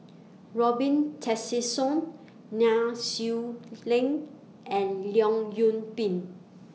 Robin Tessensohn Nai Swee Leng and Leong Yoon Pin